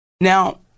Now